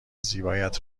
زیبایت